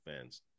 fans